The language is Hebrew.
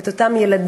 את אותם ילדים,